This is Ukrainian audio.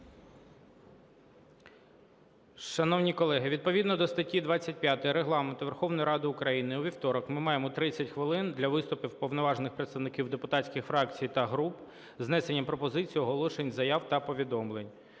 Шановні колеги, відповідно до статті 25 Регламенту Верховної Ради України у вівторок ми маємо 30 хвилин для виступів уповноважених представників депутатських фракцій та груп з внесенням пропозицій, оголошень, заяв та повідомлень.